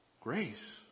Grace